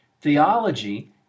theology